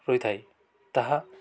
ରହିଥାଏ ତାହା